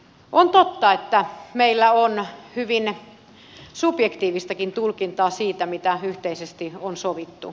on totta että meillä on hyvin subjektiivistakin tulkintaa siitä mitä yhteisesti on sovittu